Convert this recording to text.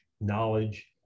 knowledge